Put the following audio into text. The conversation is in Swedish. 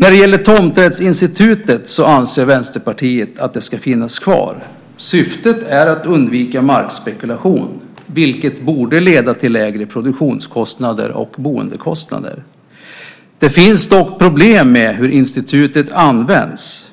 När det gäller tomträttsinstitutet anser Vänsterpartiet att det ska finnas kvar. Syftet är att undvika markspekulation, vilket borde leda till lägre produktionskostnader och boendekostnader. Det finns dock problem med hur institutet används,